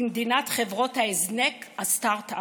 במדינת חברות ההזנק, הסטרטאפ,